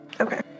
Okay